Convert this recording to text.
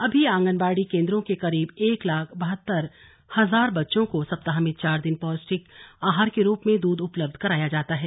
अभी आंगनबाड़ी केंद्रों के करीब एक लाख बहत्तर हजार बच्चों को सप्ताह में चार दिन पौष्टिक आहार के रूप में दूध उपलब्ध कराया जाता है